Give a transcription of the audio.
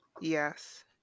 yes